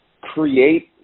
create